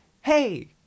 Hey